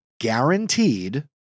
guaranteed